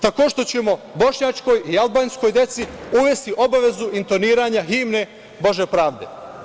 Tako što ćemo bošnjačkoj i albanskoj deci uvesti obavezu intoniranja himne „Bože pravde“